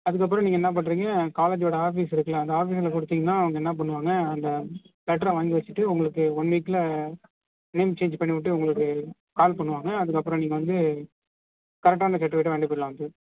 அதுக்கப்புறம் நீங்கள் என்ன பண்ணுறீங்க காலேஜோடய ஆஃபீஸ் இருக்குதில்ல அந்த ஆஃபீஸில் கொடுத்தீங்னா அவங்க என்ன பண்ணுவாங்கள் அந்த லெட்டரை வாங்கி வச்சிட்டு உங்களுக்கு ஒன் வீக்கில் நேம் சேஞ்சு பண்ணிவிட்டு உங்களுக்கு கால் பண்ணுவாங்கள் அதுக்கப்புறம் நீங்கள் வந்து கரக்ட்டான சர்டிவிகேட்டை வாய்ண்கிட்டு போய்டலாம் வந்து